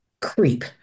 creep